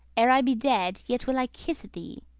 ere i be dead, yet will i kisse thee.